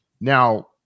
now